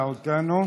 אחרי זה,